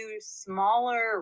smaller